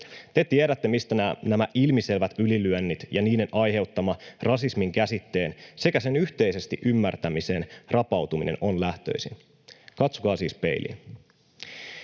Te tiedätte, mistä nämä ilmiselvät ylilyönnit ja niiden aiheuttama rasismin käsitteen sekä sen yhteisesti ymmärtämisen rapau-tuminen ovat lähtöisin. Katsokaa siis peiliin.